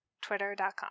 Twitter.com